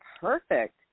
perfect